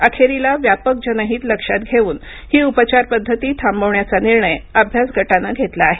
अखेरीला व्यापक जनहित लक्षात घेऊन ही उपचार पद्धती थांबवण्याचा निर्णय अभ्यास गटाने घेतला आहे